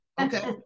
Okay